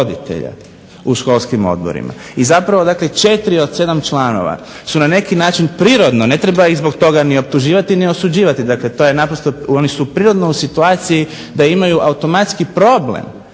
u školskim odborima. I zapravo dakle, četiri od sedam članova su na neki način prirodno. Ne treba ih zbog toga ni optuživati ni osuđivati. Dakle, to je naprosto. Oni su prirodno u situaciji da imaju automatski problem